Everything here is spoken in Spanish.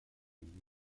mismos